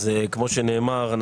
כמו שנאמר,